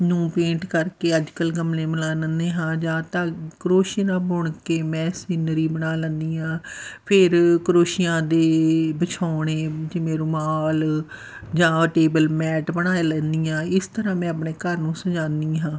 ਨੂੰ ਪੇਂਟ ਕਰਕੇ ਅੱਜ ਕੱਲ੍ਹ ਗਮਲੇ ਬਣਾ ਲੈਂਦੇ ਹਾਂ ਜਾਂ ਤਾਂ ਕਰੋਸ਼ੀਏ ਨਾਲ ਬੁਣ ਕੇ ਮੈਂ ਸੀਨਰੀ ਬਣਾ ਲੈਂਦੀ ਹਾਂ ਫਿਰ ਕਰੋਸ਼ੀਆਂ ਦੇ ਬਿਛੋਣੇ ਜਿਵੇਂ ਰੁਮਾਲ ਜਾਂ ਟੇਬਲ ਮੈਟ ਬਣਾ ਲੈਂਦੀ ਹਾਂ ਇਸ ਤਰ੍ਹਾਂ ਮੈਂ ਆਪਣੇ ਘਰ ਨੂੰ ਸਜਾਨੀ ਹਾਂ